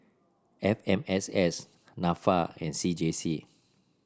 F M S S NAFA and C J C